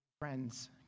Friends